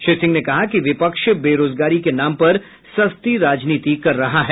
श्री सिंह ने कहा कि विपक्ष बेरोजगारी के नाम पर सस्ती राजनीतिक कर रहा है